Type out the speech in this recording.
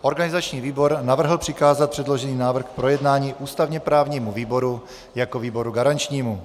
Organizační výbor navrhl přikázat předložený návrh k projednání ústavněprávnímu výboru jako výboru garančnímu.